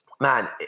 man